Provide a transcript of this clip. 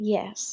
Yes